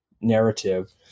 narrative